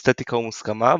אסתטיקה ומוסכמה,